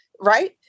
right